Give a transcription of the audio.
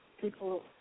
People